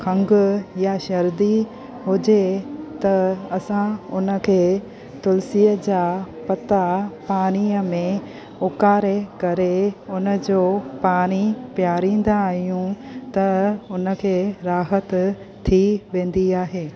खङ या शर्दी हुजे त असां उन खे तुलसीअ जा पता पाणीअ में ओकारे करे उन जो पानी पीआरींदा आहियूं त उन खे राहत थी वेंदी आहे